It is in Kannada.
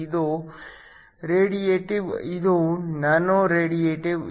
ಇದು ರೇಡಿಯೇಟಿವ್ ಇದು ನೋನ್ ರೇಡಿಯೇಟಿವ್